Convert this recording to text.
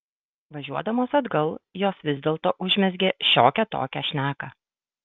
važiuodamos atgal jos vis dėlto užmezgė šiokią tokią šneką